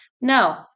No